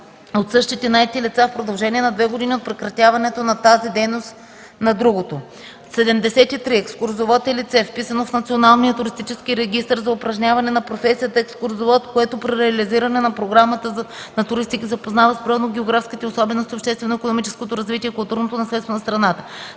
от същите наети лица в продължение на две години от прекратяването на тази дейност на другото. 73. „Екскурзовод” е лице, вписано в Националния туристически регистър за упражняване на професията „екскурзовод”, което при реализиране на програмата на туристи ги запознава с природно-географските особености, обществено-икономическото развитие и културното наследство на страната.